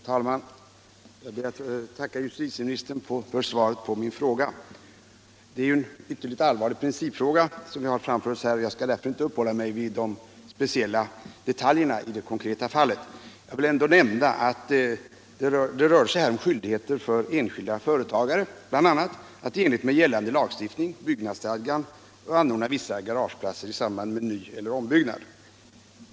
Herr talman! Jag ber att få tacka justitieministern för svaret. Detta är en allvarlig principfråga, och jag skall inte uppehålla mig vid några speciella detaljer i det konkreta fallet. Jag vill ändå nämna att det här bl.a. rör sig om skyldigheter för enskilda företagare att i enlighet med gällande lagstiftning — byggnadsstadgan — anordna vissa garageplatser i samband med nyeller ombyggnad.